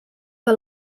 que